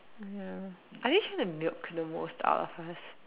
ya are they trying to milk the most out of us